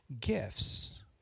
gifts